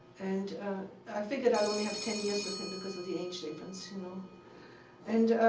and i figured i'd only have ten years with him because of the age difference. you know and